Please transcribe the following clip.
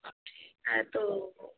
अब ठीक है तो